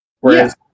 whereas